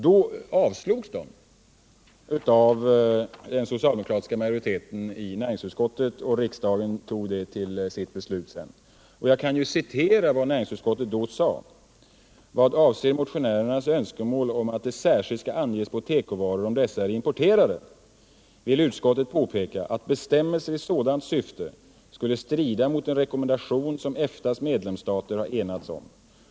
Då avstyrktes de av den socialdemokratiska majoriteten i näringsutskottet, och riksdagen följde utskottet. Låt mig hänvisa till vad näringsutskottet då skrev: Vad avser motionärernas önskemål om att det särskilt skall anges på tekovaror om dessa är importerade vill utskottet påpeka, att bestämmelser i sådant syfte skulle strida mot den rekommendation som EFTA:s medlemsstater har enats om.